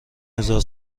هزار